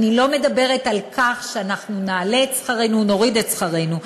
אני לא מדברת על כך שאנחנו נעלה את שכרנו או נוריד את שכרנו.